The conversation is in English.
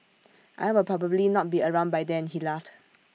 I will probably not be around by then he laughed